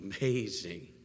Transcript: amazing